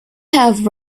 have